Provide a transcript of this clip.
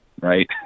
right